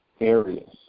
areas